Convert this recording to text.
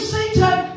Satan